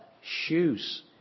shoes